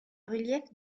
relief